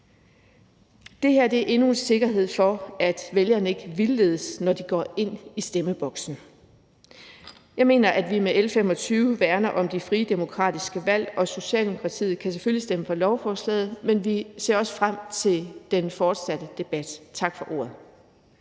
Det her er endnu en sikkerhed for, at vælgerne ikke vildledes, når de går ind i stemmeboksen. Jeg mener, at vi med L 25 værner om de frie demokratiske valg, og Socialdemokratiet kan selvfølgelig stemme for lovforslaget, men vi ser også frem til den fortsatte debat. Tak for ordet.